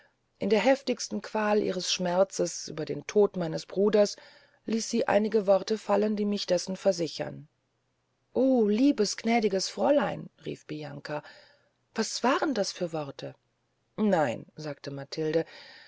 in der heftigsten qual ihres schmerzes über den tod meines bruders ließ sie einige worte fallen die mich dessen versichern o liebes gnädiges fräulein rief bianca was waren das für worte nein sagte matilde